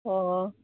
ꯑꯣ